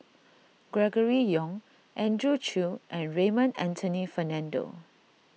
Gregory Yong Andrew Chew and Raymond Anthony Fernando